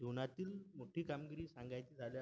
जीवनातील मोठी कामगिरी सांगायची झाल्यास